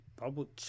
Bubble